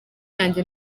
yanjye